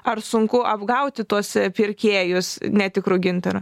ar sunku apgauti tuos pirkėjus netikru gintaru